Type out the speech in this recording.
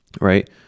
right